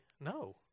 no